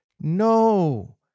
no